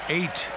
eight